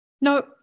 No